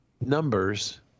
numbers